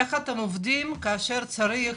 איך אתם עובדים כשצריך